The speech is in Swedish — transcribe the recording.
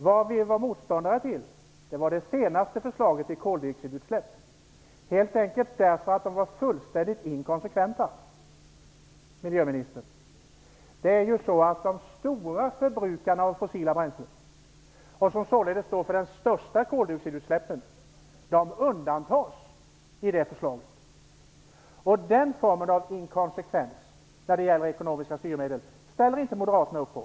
Vad vi är motståndare till är det senaste förslaget när det gäller koldioxidutsläpp, helt enkelt därför att det är fullständigt inkonsekvent, miljöministern. De stora förbrukarna av fossila bränslen, som således står för de största koldioxidutsläppen, undantas i förslaget. Den formen av inkonsekvens när det gäller ekonomiska styrmedel ställer inte moderaterna upp på.